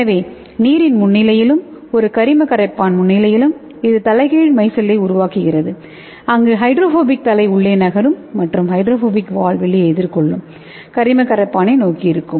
எனவே நீரின் முன்னிலையிலும் ஒரு கரிம கரைப்பான் முன்னிலையிலும் இது தலைகீழ் மைக்செலை உருவாக்குகிறது அங்கு ஹைட்ரோஃபிலிக் தலை உள்ளே நகரும் மற்றும் ஹைட்ரோபோபிக் வால் வெளியே எதிர்கொள்ளும் கரிம கரைப்பான் நோக்கி இருக்கும்